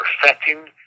perfecting